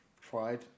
tried